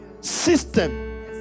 System